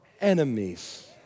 enemies